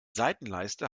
seitenleiste